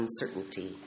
uncertainty